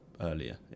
earlier